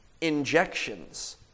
injections